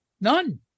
None